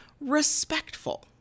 respectful